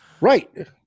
Right